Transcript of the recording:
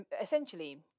essentially